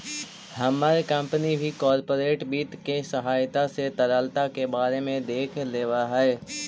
हमर कंपनी भी कॉर्पोरेट वित्त के सहायता से तरलता के बारे में भी देख लेब हई